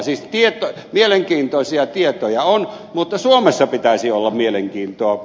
siis mielenkiintoisia tietoja on mutta suomessa pitäisi olla mielenkiintoa